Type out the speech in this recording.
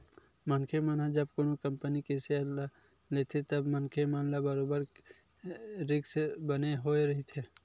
मनखे मन ह जब कोनो कंपनी के सेयर ल लेथे तब मनखे मन ल बरोबर रिस्क बने होय रहिथे